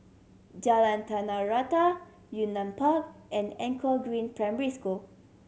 Jalan Tanah Rata Yunnan Park and Anchor Green Primary School